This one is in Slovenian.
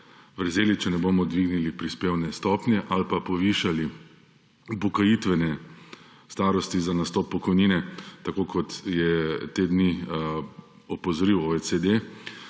vrzeli, če ne bomo dvignil prispevne stopnje ali pa povišali upokojitvene starosti za nastop pokojnine, tako kot je te dni opozoril OECD.